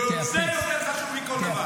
זה יותר חשוב מכל דבר.